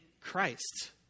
Christ